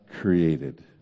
created